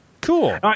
cool